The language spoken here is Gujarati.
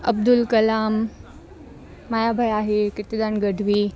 અબ્દુલ કલામ માયાભાઈ આહીર કીર્તિદાન ગઢવી